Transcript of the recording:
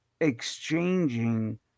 Exchanging